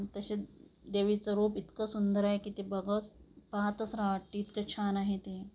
तसे देवीचं रूप इतकं सुंदर आहे की ते बघच पाहतच राहावं वाटते इतकं छान आहे ते